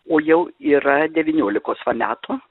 o jau yra devyniolikos va metų